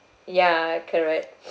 ya correct